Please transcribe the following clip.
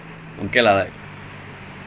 the problem in the end